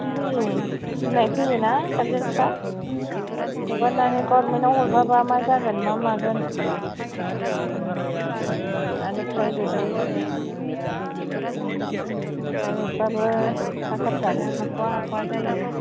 गिनाय फैयो ना गारजेनफ्रा हगारनानै गरमेनाव हरबा बा मा जागोन मा मागोन आरो प्राइभेतयावबो नै प्राइभेत बाबो थाखाफ्रानो हाख'या हाख'या जायो